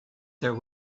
there